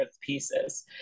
pieces